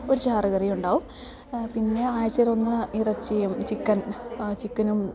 ഒരു ചാറുകറിയും ഉണ്ടാവും പിന്നെ ആഴ്ച്ചയിലൊന്ന് ഇറച്ചിയും ചിക്കൻ ചിക്കനും